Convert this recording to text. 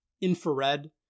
infrared